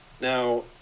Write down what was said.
Now